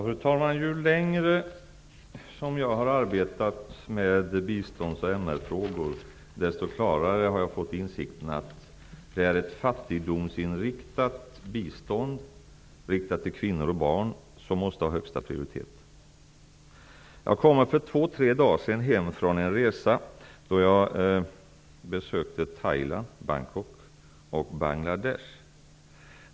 Fru talman! Ju längre jag har arbetat med biståndsoch MR-frågor, desto klarare har jag fått insikten att det är ett fattigdomsinriktat bistånd, riktat till kvinnor och barn, som måste få högsta prioritet. Jag kom för två tre dagar sedan hem från en resa då jag besökte Thailand, Bangkok och Bangladesh.